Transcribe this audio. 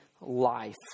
life